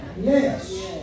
Yes